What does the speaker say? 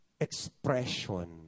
expression